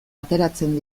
ateratzen